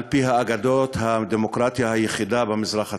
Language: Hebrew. על-פי האגדות, הדמוקרטיה היחידה במזרח התיכון,